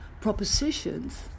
propositions